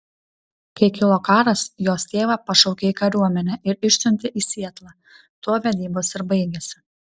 kai kilo karas jos tėvą pašaukė į kariuomenę ir išsiuntė į sietlą tuo vedybos ir baigėsi